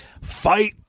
fight